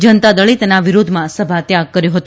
જનતાદળે તેના વિરોધમાં સભાત્યાગ કર્યો હતો